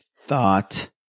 thought